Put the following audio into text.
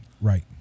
Right